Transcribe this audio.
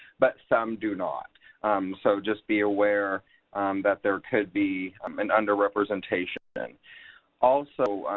but some do not. so just be aware that there could be um an underrepresentation. also,